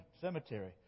Cemetery